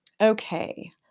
Okay